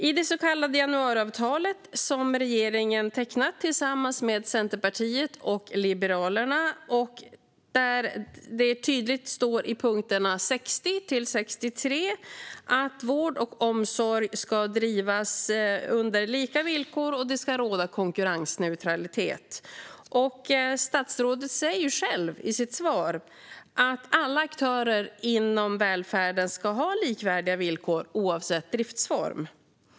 I det så kallade januariavtalet, som regeringen tecknat tillsammans med Centerpartiet och Liberalerna, står det tydligt i punkterna 60-63 att vård och omsorg ska drivas under lika villkor och att det ska råda konkurrensneutralitet. Statsrådet säger själv i sitt svar att alla aktörer inom välfärden ska ha likvärdiga villkor oavsett driftsform.